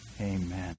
Amen